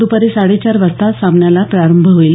दुपारी साडेचार वाजता सामन्याला प्रारंभ होईल